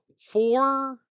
four